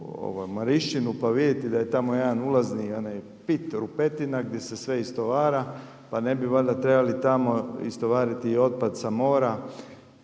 pa vidjeti da je tamo jedna ulazni pit, rupetina gdje se sve istovara, pa ne bi valjda trebali tamo istovariti i otpad sa mora,